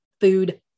food